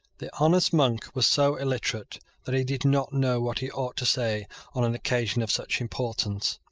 the honest monk was so illiterate that he did not know what he ought to say on an occasion of such importance.